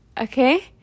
okay